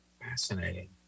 fascinating